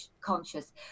conscious